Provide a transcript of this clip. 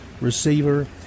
receiver